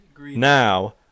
now